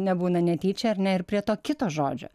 nebūna netyčia ar ne ir prie to kito žodžio